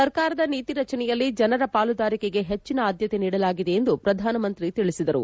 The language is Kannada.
ಸರ್ಕಾರದ ನೀತಿ ರಚನೆಯಲ್ಲಿ ಜನರ ಪಾಲುದಾರಿಕೆಗೆ ಹೆಚ್ಚಿನ ಆದ್ಲತೆ ನೀಡಲಾಗಿದೆ ಎಂದು ಪ್ರಧಾನಮಂತ್ರಿ ತಿಳಿಸಿದರು